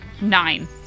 Nine